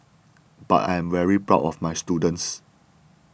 but I am very proud of my students